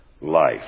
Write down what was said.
life